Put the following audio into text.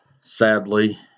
sadly